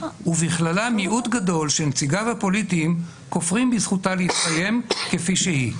ובכללה מיעוט גדול שנציגיו הפוליטיים כופרים בזכותה להתקיים כפי שהיא.